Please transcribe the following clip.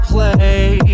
Play